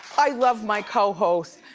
i love my co-hosts,